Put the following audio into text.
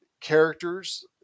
characters